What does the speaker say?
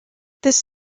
this